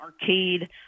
arcade